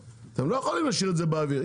אתם לא יכולים להשאיר את זה באוויר.